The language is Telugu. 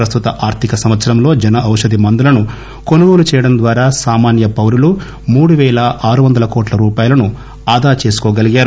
ప్రస్తుత ఆర్థిక సంవత్సరంలో జన ఔషధీ మందులను కొనుగోలు చేయడం ద్వారా సామాన్య పౌరులు మూడు పేల ఆరు వందల కోట్ల రూపాయలను ఆదా చేసుకోగలిగారు